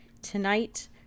tonight